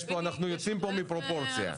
אנחנו יוצאים פה מפרופורציה.